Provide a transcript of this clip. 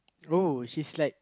uh she's like